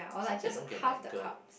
as long as I don't get like G_E_R_D